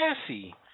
Cassie